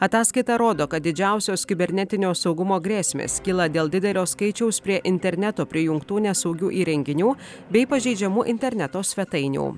ataskaita rodo kad didžiausios kibernetinio saugumo grėsmės kyla dėl didelio skaičiaus prie interneto prijungtų nesaugių įrenginių bei pažeidžiamų interneto svetainių